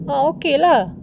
orh okay lah